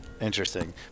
Interesting